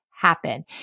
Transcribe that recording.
happen